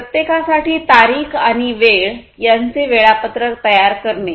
प्रत्येकासाठी तारीख आणि वेळ यांचे वेळापत्रक तयार करणे